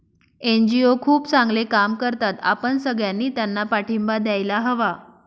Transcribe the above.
NGO खूप चांगले काम करतात, आपण सगळ्यांनी त्यांना पाठिंबा द्यायला हवा